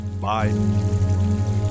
Bye